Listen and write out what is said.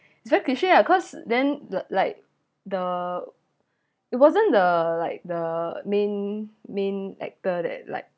it's very cliche ah cause then the like the it wasn't the like the main main actor that like